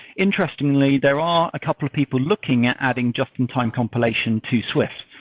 interestingly, there are a couple of people looking at adding just-in-time compilation to swift,